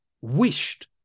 wished